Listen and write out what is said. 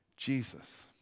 Jesus